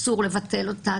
אסור לבטל אותה,